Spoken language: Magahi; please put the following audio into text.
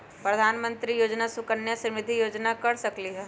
प्रधानमंत्री योजना सुकन्या समृद्धि योजना कर सकलीहल?